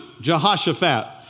Jehoshaphat